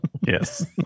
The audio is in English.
Yes